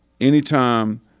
anytime